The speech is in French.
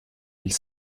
mille